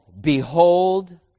behold